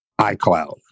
iCloud